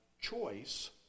choice